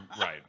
right